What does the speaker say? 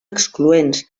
excloents